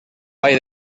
vall